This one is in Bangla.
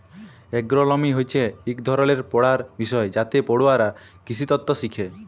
এগ্রোলমি হছে ইক ধরলের পড়ার বিষয় যাতে পড়ুয়ারা কিসিতত্ত শিখে